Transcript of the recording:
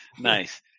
Nice